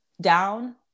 down